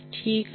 ठीक आहे